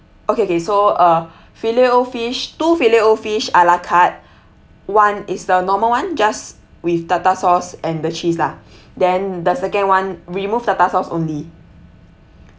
okay okay so uh filet-o-fish two filet-o-fish a la carte one is the normal one just with tartar sauce and the cheese lah then the second one remove tartar sauce only